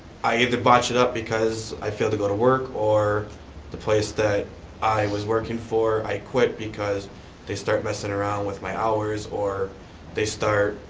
i either botch it up because i fail to go to work or the place that i was working for i quit because they start messing around with my hours or they start